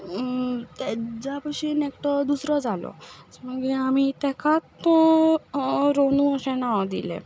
तेज्या भशेन एकटो दुसरो जालो मागीर आमी तेका रोनू अशें नांव दिलें